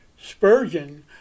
Spurgeon